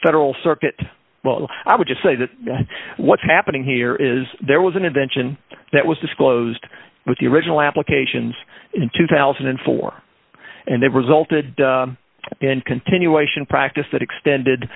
federal circuit well i would just say that what's happening here is there was an invention that was disclosed with the original applications in two thousand and four and it resulted in continuation practice that extended